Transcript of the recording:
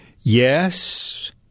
Yes